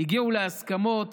הגיעו להסכמות